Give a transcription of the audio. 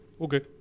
Okay